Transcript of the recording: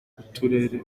b’uturere